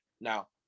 Now